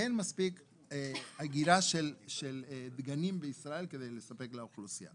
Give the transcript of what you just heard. אין מספיק אגירה של דגנים בישראל כדי לספק לאוכלוסייה.